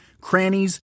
crannies